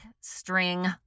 string